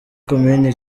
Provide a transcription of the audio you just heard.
komini